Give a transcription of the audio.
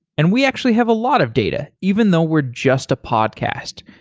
and we actually have a lot of data, even though we're just a podcast.